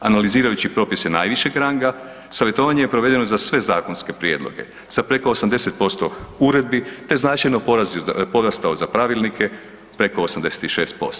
Analizirajući propise najvišeg ranga savjetovanje je provedeno za sve zakonske prijedloge sa preko 80% uredbi, te je značajno porastao za pravilnike preko 86%